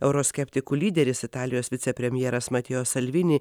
euroskeptikų lyderis italijos vicepremjeras matijo salvini